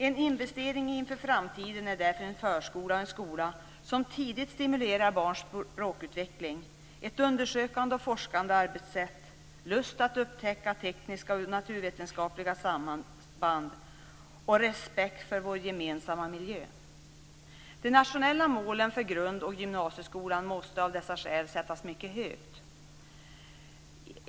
En investering inför framtiden är därför en förskola och en skola som tidigt stimulerar barns språkutveckling, ett undersökande och forskande arbetssätt, lust att upptäcka tekniska och naturvetenskapliga samband och respekt för vår gemensamma miljö. De nationella målen för grund och gymnasieskolan måste av dessa skäl sättas mycket högt.